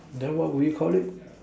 then what will you Call it